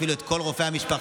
אפילו את כל רופאי המשפחה,